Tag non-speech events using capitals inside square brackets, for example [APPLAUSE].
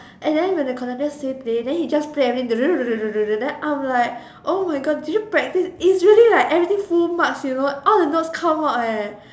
and then when the conductor say play then he just play and then [NOISE] I'm like oh my god did you practice easily like everything full marks you know out of no come out leh